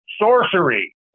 sorcery